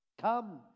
Come